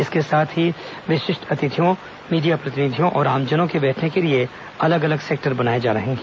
इसके साथ ही विशिष्ट अतिथियों मीडिया प्रतिनिधियों और आमजनों के बैठने के लिए अलग अलग सेक्टर बनाए जा रहे हैं